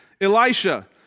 Elisha